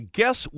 guess